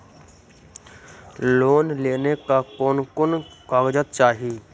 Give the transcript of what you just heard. Loan लेने ला कोन कोन कागजात चाही?